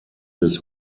des